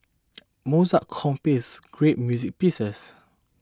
Mozart composed great music pieces